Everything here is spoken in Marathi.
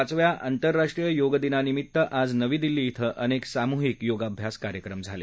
पाचव्या अंतरराष्ट्रीय योग दिनानिमीत्त आज नवी दिल्ली इथं अनेक सामूहिक योगाभ्यास कार्यक्रम झाले